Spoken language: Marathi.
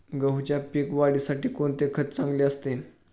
गहूच्या पीक वाढीसाठी कोणते खत चांगले असते?